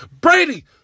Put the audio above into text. Brady